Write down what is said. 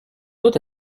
doute